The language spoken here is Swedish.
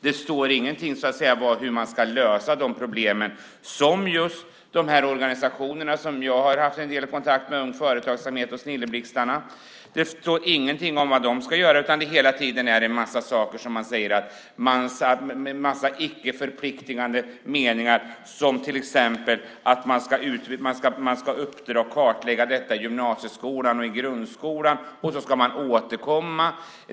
Det står ingenting om hur man ska lösa de problem som just de här organisationerna som jag har haft en del kontakt med, Ung Företagsamhet och Snilleblixtarna, har talat om. Det står ingenting om vad man ska göra, utan det är hela tiden en massa icke-förpliktande meningar, till exempel att man ska uppdra en kartläggning av detta i gymnasieskolan och i grundskolan och så ska man återkomma.